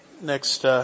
next